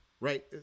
right